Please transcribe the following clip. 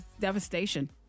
devastation